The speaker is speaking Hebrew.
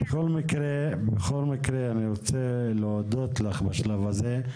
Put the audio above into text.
בכל מקרה, אני רוצה להודות לך בשלב הזה.